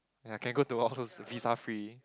yea can go to all those visa free